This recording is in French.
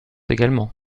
également